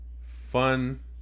fun